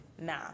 nah